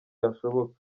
hashoboka